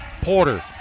Porter